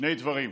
שני דברים: